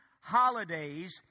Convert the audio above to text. Holidays